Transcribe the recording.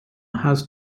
has